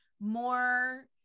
more